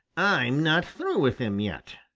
i'm not through with him yet.